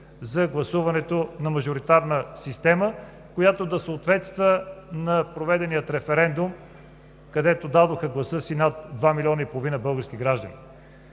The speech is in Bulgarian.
за гласуването на мажоритарна система, която да съответства на проведения референдум, където дадоха гласа си над 2,5 милиона български граждани.